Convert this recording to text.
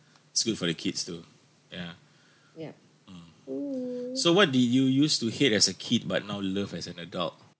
it's good for the kids too yeah mm so what did you use to hate as a kid but now love as an adult